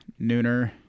Nooner